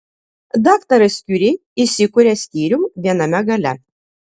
daktaras kiuri įsikuria skyrium viename gale